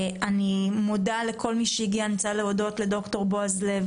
אני רוצה להודות לד"ר בועז לב,